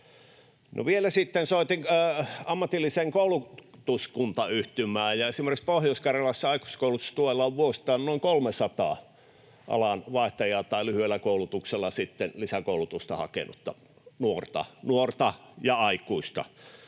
soitin ammatilliseen koulutuskuntayhtymään, ja esimerkiksi Pohjois-Karjalassa aikuiskoulutustuella on vuosittain noin 300 alanvaihtajaa tai lyhyellä koulutuksella lisäkoulutusta hakenutta nuorta ja aikuista.